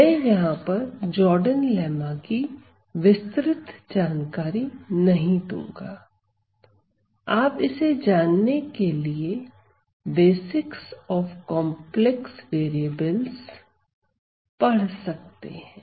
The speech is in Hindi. मैं यहां पर जॉर्डन लेमा की विस्तृत जानकारी नहीं दूंगा आप इसे जानने के लिए बेसिक्स ऑफ कंपलेक्स वैरियेबल्स पढ़ सकते हैं